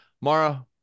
Mara